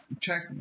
check